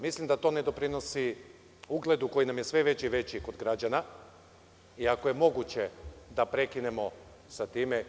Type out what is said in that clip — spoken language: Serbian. Mislim da to ne doprinosi ugledu koji nam je sve veći i veći kod građana i ako je moguće da prekinemo sa time.